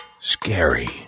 scary